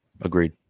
Agreed